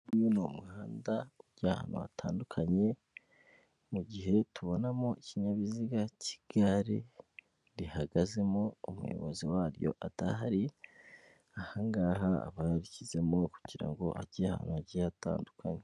Uyu ni umuhanda ujya ahantu hatandukanye, mu gihe tubonamo ikinyabiziga cy'igare rihagazemo umuyobozi waryo adahari, ahangaha aba arishyizemo kugira ngo ajye ahantu hagiye hatandukanye.